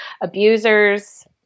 abusers